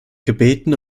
gebeten